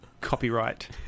Copyright